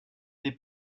des